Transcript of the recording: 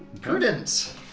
prudence